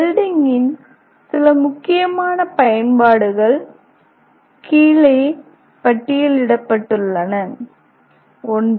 வெல்டிங்கின் சில முக்கியமான பயன்பாடுகள் கீழே பட்டியலிடப்பட்டுள்ளன i